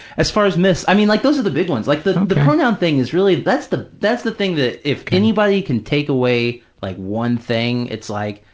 as far as myths, i mean, like those are the big ones. like the the pronoun thing is really, that's the that's the thing that, if anybody can take away like one thing, it's like,